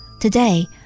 Today